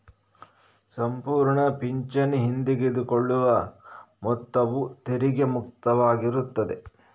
ಸಂಪೂರ್ಣ ಪಿಂಚಣಿ ಹಿಂತೆಗೆದುಕೊಳ್ಳುವ ಮೊತ್ತವು ತೆರಿಗೆ ಮುಕ್ತವಾಗಿರುತ್ತದೆ